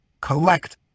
collect